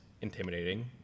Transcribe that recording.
intimidating